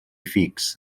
fix